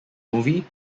movie